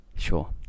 sure